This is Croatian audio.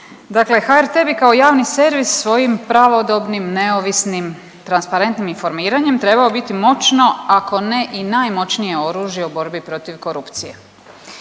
Dakle HRT bi kao javni servis svojim pravodobnim, neovisnim, transparentnim informiranjem trebao biti moćno, ako ne i najmoćnije oružje u borbi protiv korupcije.